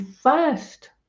first